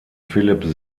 philip